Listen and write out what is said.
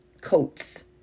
coats